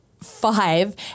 Five